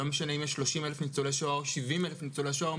לא משנה אם יש 30 אלף ניצולי שואה או 70 אלף ניצולי שואה,